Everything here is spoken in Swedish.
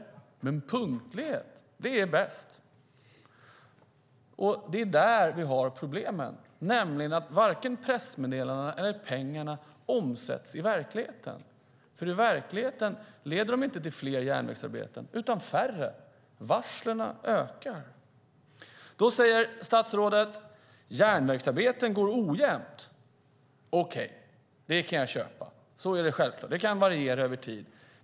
Men punktlighet är bäst. Och det är där vi har problemen. Varken pressmeddelandena eller pengarna omsätts i verkligheten. I verkligheten leder de inte till fler järnvägsarbeten, utan färre. Varslen ökar. Då säger statsrådet att järnvägsarbeten går ojämnt. Okej, det kan jag köpa. Så är det självklart. Det kan variera över tid.